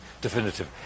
definitive